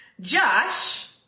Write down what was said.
Josh